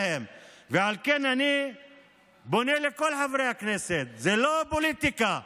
ועל כן אני פונה לכל חברי הכנסת: זאת לא פוליטיקה.